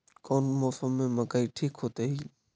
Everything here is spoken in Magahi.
कौन मौसम में मकई ठिक होतइ?